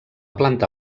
planta